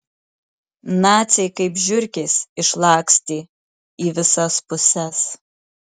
naciai kaip žiurkės išlakstė į visas puses